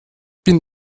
bin